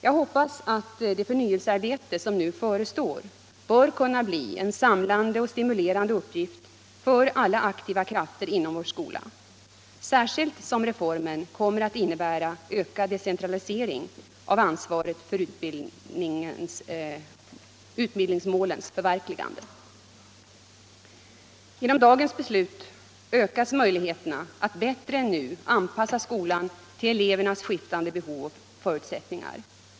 Jag hoppas att det förnyelsearbete som nu förestår bör kunna bli en samlande och stimulerande uppgift för alla aktiva krafter inom vår skola — särskilt som reformen kommer att innebära ökad decentralisering av 31 ansvaret för utbildningsmålens förverkligande. Genom dagens beslut ökas möjligheterna att bättre än nu anpassa skolan till elevernas skiftande behov och förutsättningar.